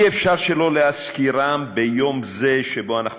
אי-אפשר שלא להזכירם ביום זה שבו אנחנו